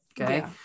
Okay